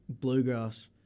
bluegrass